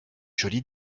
jolie